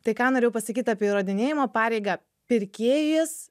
tai ką norėjau pasakyt apie įrodinėjimo pareigą pirkėjas